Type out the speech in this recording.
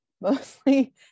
mostly